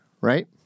Right